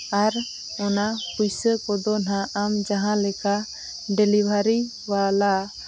ᱟᱨ ᱚᱱᱟ ᱯᱩᱭᱥᱟᱹ ᱠᱚᱫᱚ ᱱᱟᱜ ᱟᱢ ᱡᱟᱦᱟᱸ ᱞᱮᱠᱟ ᱰᱮᱞᱤᱵᱷᱟᱨᱤ ᱵᱟᱞᱟ